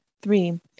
Three